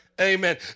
Amen